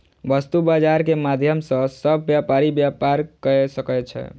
वस्तु बजार के माध्यम सॅ सभ व्यापारी व्यापार कय सकै छै